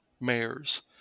mayors